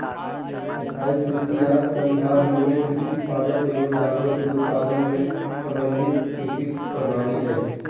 स्थाई कृषि या संधारणीय कृषि पादप एवम जानवर के उत्पादन के समन्वित कृषि प्रणाली हई